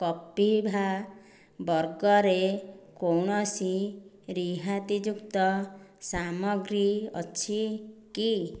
କପିଭା ବର୍ଗରେ କୌଣସି ରିହାତିଯୁକ୍ତ ସାମଗ୍ରୀ ଅଛି କି